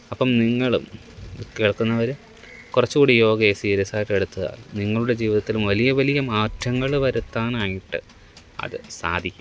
അപ്പം നിങ്ങളും കേള്ക്കുന്നവർ കുറച്ചു കൂടി യോഗയെ സീര്യസ് ആയിട്ട് എടുത്താൽ നിങ്ങളുടെ ജീവിതത്തിലും വലിയ വലിയ മാറ്റങ്ങൾ വരുത്താനായിട്ട് അത് സാധിക്കും